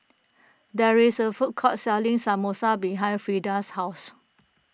there is a food court selling Samosa behind Freda's house